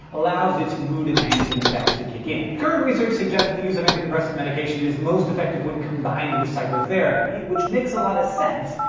allows its mood-enhancing effects to kick in. current research suggests that the use of antidepressant medication is most effective when combined with psychotherapy, which makes a lot of sense,